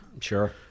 Sure